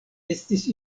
estis